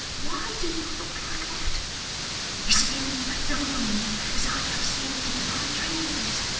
why do you look like that? is it in the room as i have seen it in my dreams,